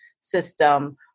system